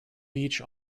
beach